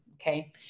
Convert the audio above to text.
okay